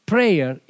Prayer